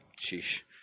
sheesh